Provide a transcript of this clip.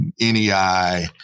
NEI